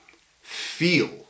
feel